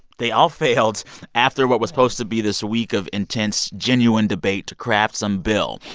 they all failed after what was supposed to be this week of intense, genuine debate to craft some bill.